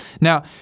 Now